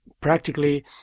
practically